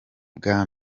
bwa